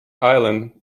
island